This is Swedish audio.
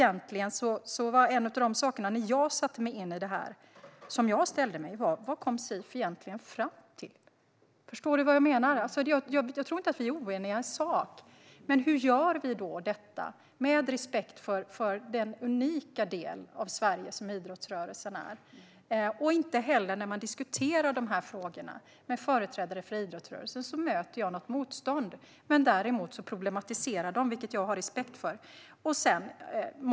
En av frågorna jag ställde mig när jag satte mig in i det här var: Vad kom CIF egentligen fram till? Förstår du vad jag menar? Jag tror inte att vi är oeniga i sak, men hur ska vi då göra detta med respekt för den unika del av Sverige som idrottsrörelsen är? Inte heller när jag diskuterar de här frågorna med företrädare för idrottsrörelsen möter jag något motstånd. Däremot problematiserar de, vilket jag har respekt för.